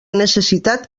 necessitat